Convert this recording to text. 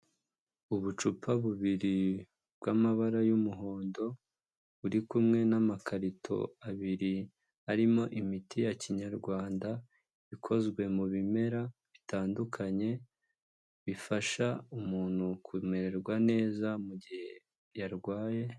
Ubucupa bubiri bw'amabara y'umuhondo buri kumwe n'amakarito abiri arimo imiti ya kinyarwanda ikozwe mu bimera bitandukanye bifasha umuntu kumererwa neza mu gihe yarwaye.